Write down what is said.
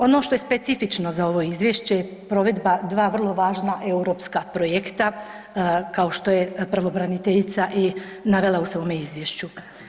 Ono što je specifično za ovo izvješće je provedbe 2 vrlo važna europska projekta kao što je pravobraniteljica i navela u svome izvješću.